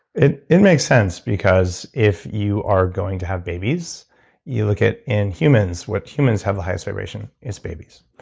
it it makes sense, because if you are going to have babies you look at, in humans, what humans have the highest vibration is babies.